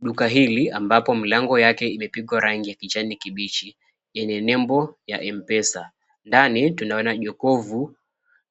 Duka hili, ambapo mlango wake umepigwa rangi ya kijani kibichi, yenye nembo ya M-pesa. Ndani tunaona jokovu